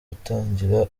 gutangira